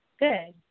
Good